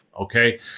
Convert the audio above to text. Okay